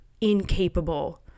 incapable